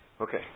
Okay